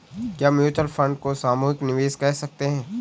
क्या mutual fund को सामूहिक निवेश कह सकते हैं?